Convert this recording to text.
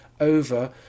over